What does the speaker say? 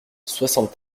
soixante